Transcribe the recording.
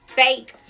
fake